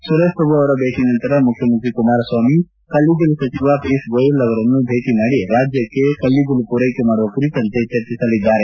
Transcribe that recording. ಸುರೇಶ್ ಪ್ರಭು ಅವರ ಭೇಟಿ ನಂತರ ಮುಖ್ಯಮಂತ್ರಿ ಕುಮಾರಸ್ವಾಮಿ ಕಲ್ಲಿದ್ದಲು ಸಚಿವ ಪಿಯೂಶ್ ಗೋಯಲ್ ಅವರನ್ನು ಭೇಟ ಮಾಡಿ ರಾಜ್ಯಕ್ಕೆ ಕಲ್ಲಿದ್ದಲು ಪೂರೈಕೆ ಮಾಡುವ ಕುರಿತಂತೆ ಚರ್ಚಿಸಲಿದ್ದಾರೆ